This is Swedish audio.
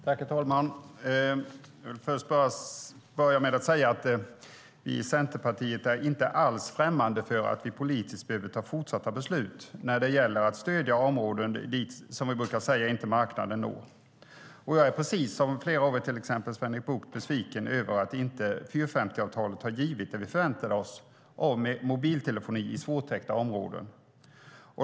Herr talman! Jag vill börja med att säga: Vi i Centerpartiet är inte alls främmande för att vi politiskt behöver ta fortsatta beslut när det gäller att stödja områden dit, som vi brukar säga, inte marknaden når. Jag är precis som flera av er, till exempel Sven-Erik Bucht, besviken över att inte 450-avtalet har givit det vi förväntade oss av mobiltelefoni i svårtäckta områden.